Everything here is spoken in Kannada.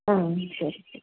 ಆಂ ಸರಿ